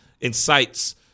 incites